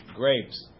grapes